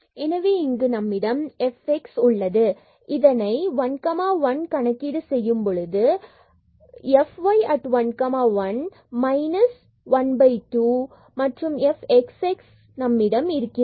எனவே இங்கு நம்மிடம் fx இது உள்ளது இதனை 1 1 கணக்கில் செய்யும்பொழுது by 2 f y at 1 1 it is minus 1 2 f x x நம்மிடம் இருக்கிறது